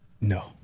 No